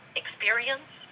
experience